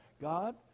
God